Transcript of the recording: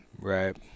Right